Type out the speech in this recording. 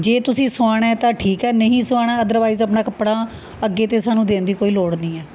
ਜੇ ਤੁਸੀਂ ਸੁਆਣਾ ਹੈ ਤਾਂ ਠੀਕ ਹੈ ਨਹੀਂ ਸੁਆਣਾ ਅਦਰਵਾਈਜ਼ ਆਪਣਾ ਕੱਪੜਾ ਅੱਗੇ ਤੇ ਸਾਨੂੰ ਦੇਣ ਦੀ ਕੋਈ ਲੋੜ ਨਹੀਂ ਹੈ